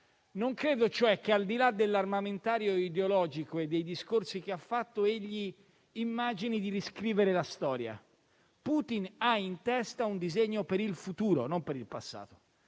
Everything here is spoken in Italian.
non credo, cioè, che, al di là dell'armamentario ideologico e dei discorsi che ha fatto, egli immagini di riscrivere la storia. Putin ha in testa un disegno per il futuro, non per il passato,